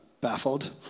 baffled